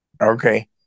Okay